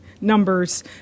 numbers